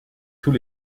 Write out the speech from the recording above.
tous